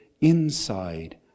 inside